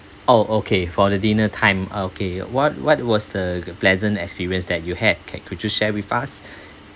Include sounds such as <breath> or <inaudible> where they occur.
oh okay for the dinner time okay what what was the pleasant experience that you had can could you share with us <breath>